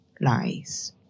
lies